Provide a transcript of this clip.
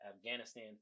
Afghanistan